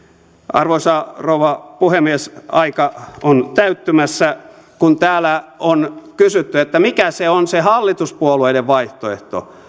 arvoisa rouva puhemies aika on täyttymässä kun täällä on kysytty mikä se on se hallituspuolueiden vaihtoehto